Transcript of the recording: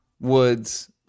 Woods